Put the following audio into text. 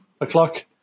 o'clock